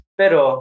pero